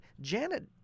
Janet